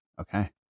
Okay